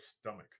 stomach